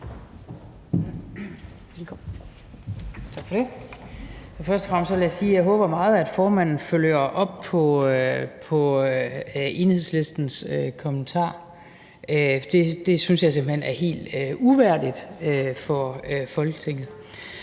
sige, at jeg håber meget, at formanden følger op på Enhedslistens kommentar. Det synes jeg simpelt hen er helt uværdigt for Folketinget.